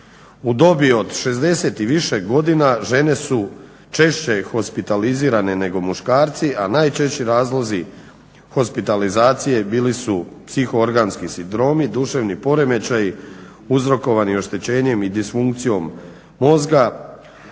U dobi od 60 i više godina žene su češće hospitalizirane nego muškarci, a najčešći razlozi hospitalizacije bili su psihoorganski sindromi, duševni poremećaj uzrokovani oštećenjem i disfunkcijom mozga,